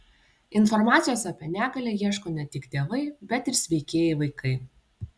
informacijos apie negalią ieško ne tik tėvai bet ir sveikieji vaikai